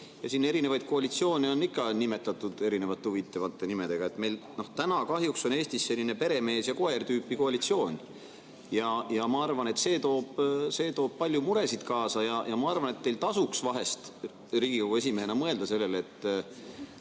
et siin erinevaid koalitsioone on ikka nimetatud erinevate huvitavate nimedega, meil täna kahjuks on Eestis selline peremees-ja-koer-tüüpi-koalitsioon. Ja ma arvan, et see toob palju muresid kaasa. Ja ma arvan, et teil tasuks vahest Riigikogu esimehena mõelda sellele, et